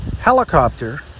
helicopter